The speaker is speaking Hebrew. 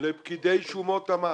לפקידי שומות המס